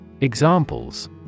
Examples